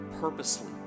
purposely